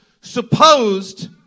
supposed